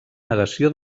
negació